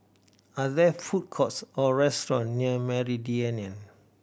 are there food courts or restaurants near Meridian